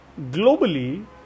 globally